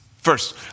first